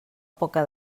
poca